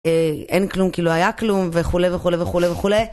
אין כלום כי לא היה כלום וכולי וכולי וכולי וכולי